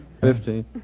Fifteen